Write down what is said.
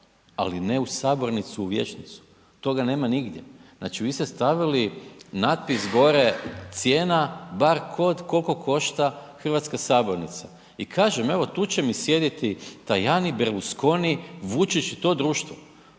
ali ne u sabornicu u vijećnicu, toga nema nigdje. Znači vi ste stavili natpis gore, cijena, bar kod, koliko košta hrvatska sabornica. I kažem evo tu će mi sjediti Tajani, Berlusconi, Vučić i to društvo.